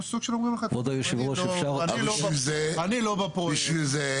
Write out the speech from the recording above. סוג של אומרים לך אני לא בא פה בשביל בפרויקט.